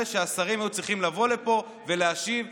שהשרים היו צריכים לבוא לפה ולהשיב ולענות.